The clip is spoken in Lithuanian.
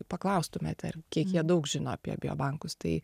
paklaustumėte kiek jie daug žino apie biobankus tai